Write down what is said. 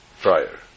prior